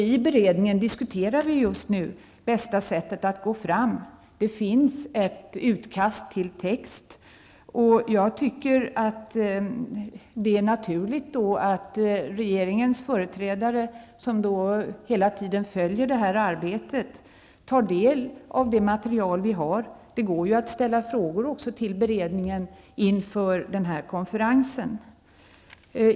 I beredningen diskuterar vi just nu det bästa sättet att gå fram. Det finns ett utkast till text. Och jag anser att det då är naturligt att regeringens företrädare, som hela tiden följer detta arbete, tar del av det material som vi har. Det går ju också att ställa frågor till beredningen inför denna konferens.